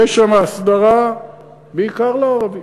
יש שם הסדרה בעיקר לערבים,